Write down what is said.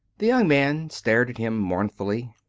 the young man stared at him mournfully.